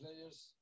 players